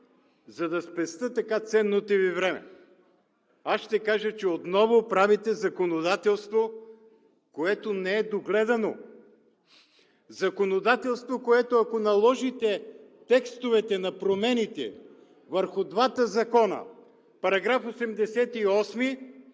за да спестя така ценното Ви време. Аз ще кажа, че отново правите законодателство, което не е догледано законодателство и ако наложите текстовете на промените върху двата закона –§ 88